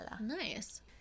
Nice